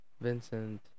Vincent